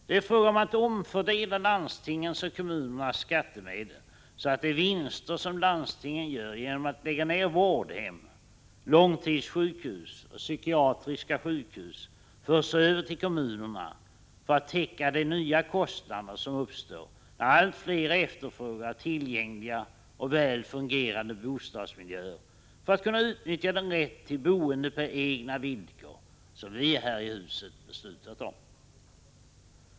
Det är fråga om att omfördela landstingens och kommunernas skattemedel, så att de vinster som landstingen gör genom att lägga ned vårdhem, långtidssjukhus och psykiatriska sjukhus förs över till kommunerna för att täcka de nya kostnader som uppstår när allt fler efterfrågar tillgängliga och väl fungerande bostadsmiljöer för att kunna utnyttja den rätt till boende på egna villkor som vi här i huset beslutat om.